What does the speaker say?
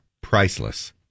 Priceless